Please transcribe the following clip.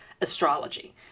astrology